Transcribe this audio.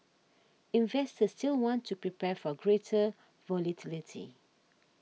investors will want to prepare for greater volatility